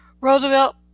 Roosevelt